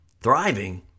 Thriving